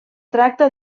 tracta